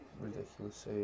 ridiculous